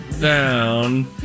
down